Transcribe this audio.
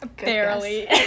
Barely